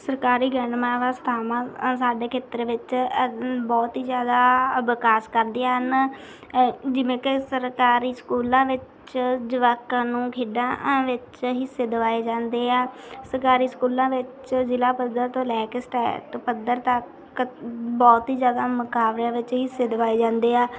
ਸਰਕਾਰੀ ਥਾਵਾਂ ਸਾਡੇ ਖੇਤਰ ਵਿੱਚ ਬਹੁਤ ਹੀ ਜ਼ਿਆਦਾ ਵਿਕਾਸ ਕਰਦੀਆਂ ਹਨ ਜਿਵੇਂ ਕਿ ਸਰਕਾਰੀ ਸਕੂਲਾਂ ਵਿੱਚ ਜਵਾਕਾਂ ਨੂੰ ਖੇਡਾਂ ਵਿੱਚ ਹਿੱਸੇ ਦਿਵਾਏ ਜਾਂਦੇ ਆ ਸਰਕਾਰੀ ਸਕੂਲਾਂ ਵਿੱਚ ਜ਼ਿਲ੍ਹਾ ਪੱਧਰ ਤੋਂ ਲੈ ਕੇ ਸਟੈਟ ਪੱਧਰ ਤੱਕ ਬਹੁਤ ਹੀ ਜਗ੍ਹਾ ਮੁਕਾਬਲਿਆਂ ਵਿੱਚ ਹਿੱਸੇ ਦਿਵਾਏ ਜਾਂਦੇ ਆ